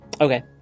okay